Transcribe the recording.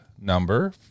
number